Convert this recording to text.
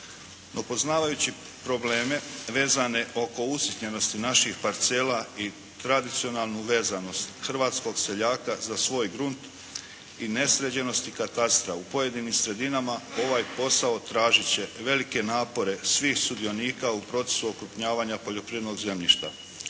Poznavajući probleme vezane oko usitnjenosti naših parcela i tradicionalnu vezanost hrvatskog seljaka za svoj grunt i nesređenosti katastra u pojedinim sredinama, ovaj posao tražiti će velike napore svih sudionika u procesu okrupnjavanja poljoprivrednog zemljišta.